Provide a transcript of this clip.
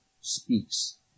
speaks